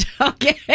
Okay